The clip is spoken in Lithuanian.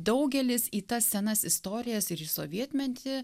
daugelis į tas senas istorijas ir į sovietmetį